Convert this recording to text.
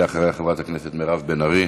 אחריה, חברת הכנסת מירב בן ארי.